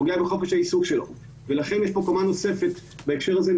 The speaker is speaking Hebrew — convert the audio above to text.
פוגע בחופש העיסוק שלו ולכן יש כאן קומה נוספת בהקשר הזה,